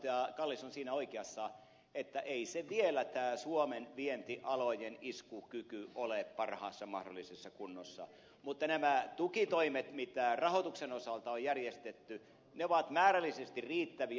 kallis on siinä oikeassa että ei suomen vientialojen iskukyky ole vielä parhaassa mahdollisessa kunnossa mutta nämä tukitoimet mitä rahoituksen osalta on järjestetty ovat määrällisesti riittäviä